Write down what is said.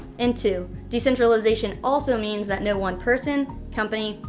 and two, decentralization also means that no one person, company,